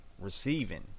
receiving